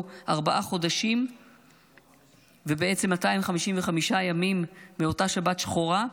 ארבעה חודשים ובעצם 255 ימים מאותה שבת שחורה,